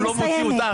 הוא לא מוציא אותך,